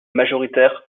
majoritaire